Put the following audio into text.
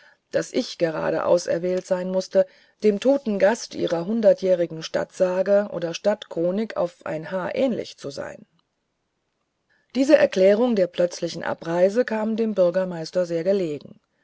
daß ich gerade auserwählt sein mußte dem toten gast ihrer hundertjährigen stadtsage oder stadtchronik auf ein haar ähnlich zu sein diese erklärung der plötzlichen abreise kam dem bürgermeister sehr gelegen